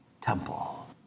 temple